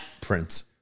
Prince